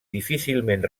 difícilment